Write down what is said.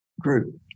group